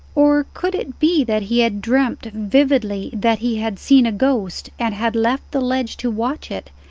or could it be that he had dreamt vividly that he had seen a ghost and had left the ledge to watch it,